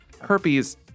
herpes